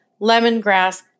lemongrass